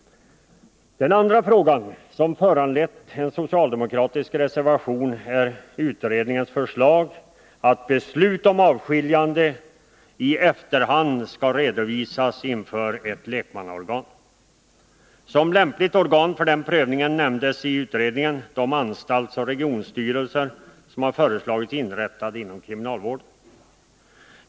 Den andra frågan, som föranlett en socialdemokratisk reservation, är utredningens förslag att beslut om avskiljande i efterhand borde redovisas inför ett lekmannaorgan. Som lämpligt organ för den prövningen nämndes i utredningen de anstaltsoch regionstyrelser som har föreslagits inrättade inom kriminalvården.